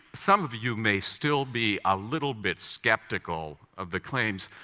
some of you may still be a little bit skeptical of the claims,